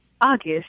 August